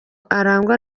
arangwa